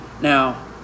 Now